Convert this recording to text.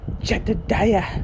Jedediah